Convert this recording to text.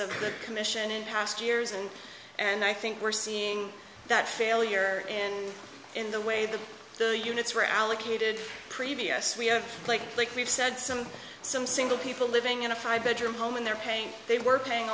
the commission in past years and and i think we're seeing that failure and in the way that the units were allocated previous we are playing like we've said some some single people living in a five bedroom home and they're paying they were paying